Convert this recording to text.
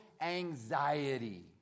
anxiety